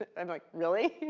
ah i'm like, really?